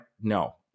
No